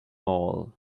all